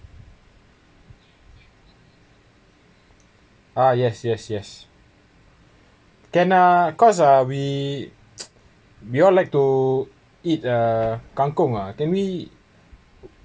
uh yes yes yes can uh cause uh we we all like to eat uh kangkong uh can we